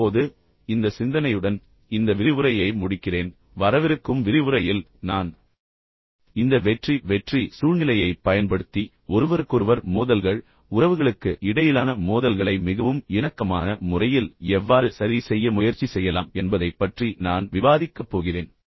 இப்போது இந்த சிந்தனையுடன் இந்த விரிவுரையை முடிக்கிறேன் வரவிருக்கும் விரிவுரையில் நான் இந்த வெற்றி வெற்றி சூழ்நிலையைப் பயன்படுத்தி ஒருவருக்கொருவர் மோதல்கள் உறவுகளுக்கு இடையிலான மோதல்களை மிகவும் இணக்கமான முறையில் எவ்வாறு சரி செய்ய முயற்சி செய்யலாம் என்பதைப் பற்றி நான் விவாதிக்கப் போகிறேன்